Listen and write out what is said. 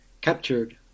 captured